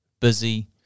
busy